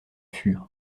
fut